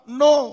no